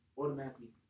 automatically